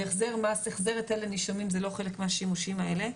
והחזר היטל לנישומים זה לא חלק מהשימושים האלה.